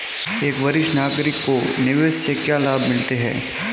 एक वरिष्ठ नागरिक को निवेश से क्या लाभ मिलते हैं?